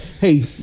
hey